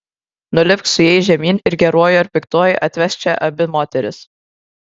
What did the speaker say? nulipk su jais žemyn ir geruoju ar piktuoju atvesk čia abi moteris